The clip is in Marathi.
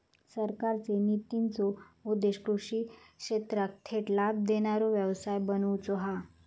सरकारचे नितींचो उद्देश्य कृषि क्षेत्राक थेट लाभ देणारो व्यवसाय बनवुचा हा